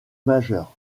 majeur